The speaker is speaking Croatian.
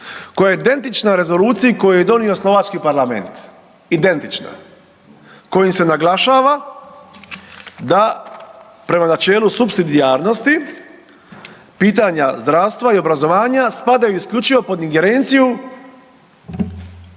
koja je identična rezoluciji koju je donio slovački parlament, identična, kojom se naglašava da prema načelu supsidijarnosti pitanja zdravstva i obrazovanja spadaju isključivo pod ingerenciju